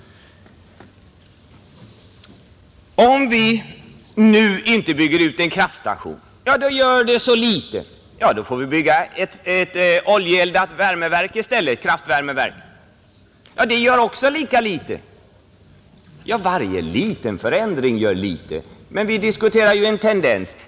Om vi nu inte bygger ut en kraftstation så gör det så litet. Ja, då får vi bygga ett oljeeldat kraftvärmeverk i stället. Det gör också lika litet. Varje liten förändring gör ganska litet. Men vi diskuterar ju en tendens.